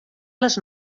les